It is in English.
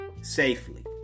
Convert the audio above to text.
Safely